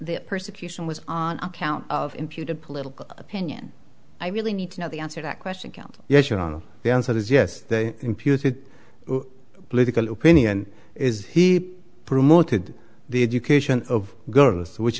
the persecution was on account of imputed political opinion i really need to know the answer that question count yes your honor the answer is yes they imputed political opinion is he promoted the education of girls which